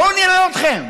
בואו נראה אתכם.